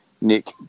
Nick